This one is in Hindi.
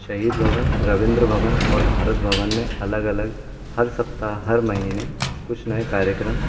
शहीद भवन रविंद्र भवन और भारत भवन में अलग अलग हर सप्ताह हर महीने कुछ नए कार्यक्रम